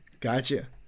gotcha